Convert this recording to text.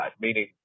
meaning